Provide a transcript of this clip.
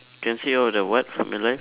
can see all the what from your life